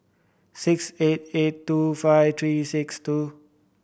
six eight eight two five three six two